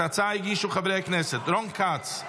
את ההצעה הגישו חברי הכנסת רון כץ,